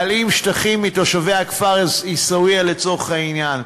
להלאים שטחים מתושבי הכפר עיסאוויה לצורך העניין.